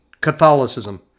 Catholicism